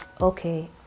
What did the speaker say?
okay